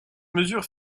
mesure